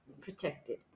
protected